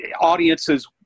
audiences